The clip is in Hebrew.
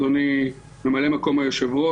אדוני ממלא מקום היושב-ראש,